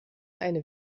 eine